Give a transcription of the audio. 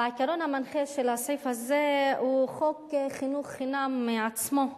העיקרון המנחה של הסעיף הזה הוא חוק חינוך חינם עצמו.